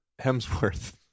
Hemsworth